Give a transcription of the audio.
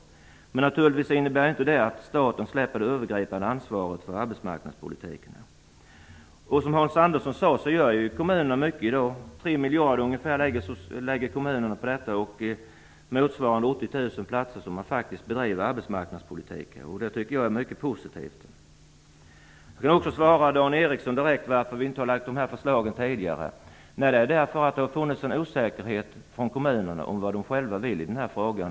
Det innebär naturligtvis inte att staten släpper det övergripande ansvaret för arbetsmarknadspolitiken. Som Hans Andersson sade gör kommunerna mycket i dag. Kommunerna lägger ungefär 3 miljarder kronor på detta. Det motsvarar 80 000 platser. Så man bedriver faktiskt arbetsmarknadspolitik. Det tycker jag är positivt. På Dan Ericssons fråga varför vi inte har lagt dessa förslag tidigare vill jag säga att det har funnits en osäkerhet från kommunerna om vad de själva vill i den här frågan.